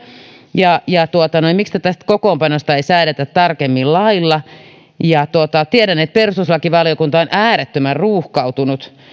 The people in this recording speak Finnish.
ja ja miksi tästä kokoonpanosta ei säädetä tarkemmin lailla tiedän että perustuslakivaliokunta on äärettömän ruuhkautunut